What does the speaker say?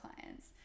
clients